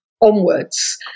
onwards